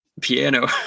piano